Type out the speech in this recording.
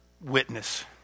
Witness